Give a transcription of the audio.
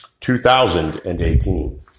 2018